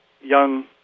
young